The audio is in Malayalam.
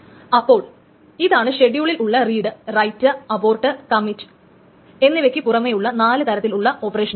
അപ്പോൾ ഇതാണ് ഷെഡ്യൂളിൽ ഉള്ള റീഡ് റൈറ്റ് അബോർട്ട് കമ്മിറ്റ് എന്നിവക്ക് പുറമെയുള്ള നാലു തരത്തിലുള്ള ഓപ്പറേഷനുകൾ